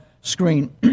screen